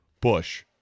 Bush